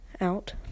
Out